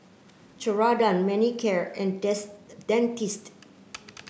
Ceradan Manicare and Dentiste